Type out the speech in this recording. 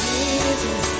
Jesus